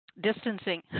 distancing